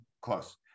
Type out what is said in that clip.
close